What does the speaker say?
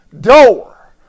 door